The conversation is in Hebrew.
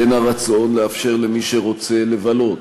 בין הרצון לאפשר למי שרוצה לבלות,